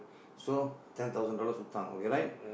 so ten thousand dollars hutang okay right